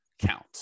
count